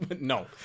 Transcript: No